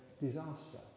disaster